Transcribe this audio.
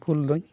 ᱵᱷᱩᱞ ᱫᱚᱧ